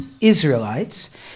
Israelites